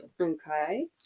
Okay